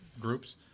groups